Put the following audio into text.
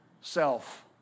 self